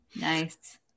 Nice